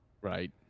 Right